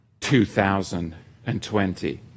2020